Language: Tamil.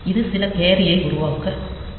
இது சில கேரியை உருவாக்கக்கூடும்